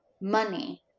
money